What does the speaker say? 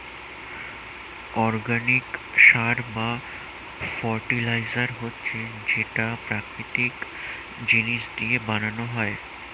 organic সার বা fertiliser হচ্ছে যেটা প্রাকৃতিক জিনিস দিয়ে বানানো হয়